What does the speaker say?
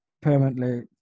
permanently